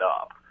up